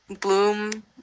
bloom